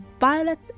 Violet